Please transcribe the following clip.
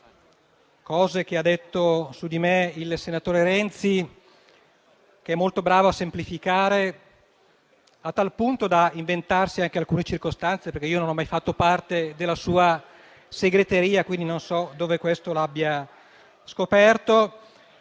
cose che ha detto su di me il senatore Renzi, che è molto bravo a semplificare, a tal punto da inventarsi anche alcune circostanze, perché io non ho mai fatto parte della sua segreteria, quindi non so dove l'abbia scoperto.